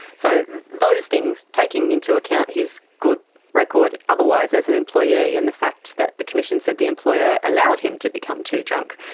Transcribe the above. so those things, taking into account his good record otherwise as an employee and the fact that the commission said that the employer allowed him to become too drunk,